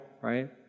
right